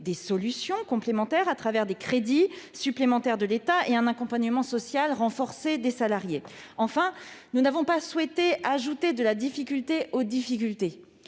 des solutions complémentaires, à travers des crédits supplémentaires de l'État et un accompagnement social renforcé des salariés. Enfin, nous n'avons pas souhaité ajouter de la difficulté aux difficultés.